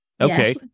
Okay